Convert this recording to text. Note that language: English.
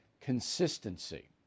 consistency